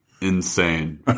insane